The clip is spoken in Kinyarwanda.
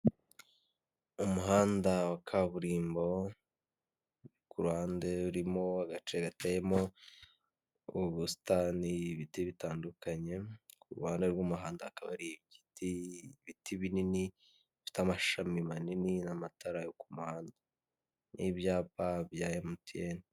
Umuhanda wa kaburimbo ku ruhande urimo agace gateyemo ubusitani ibiti bitandukanye, ku ruhande rw'umuhanda hakaba hari ibiti binini, bifite amashami manini n'amatara, n'ibyapa bya emutiyeni.